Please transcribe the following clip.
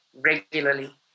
regularly